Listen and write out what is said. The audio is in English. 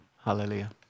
Hallelujah